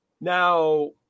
Now